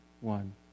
one